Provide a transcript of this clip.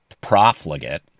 profligate